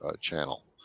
channel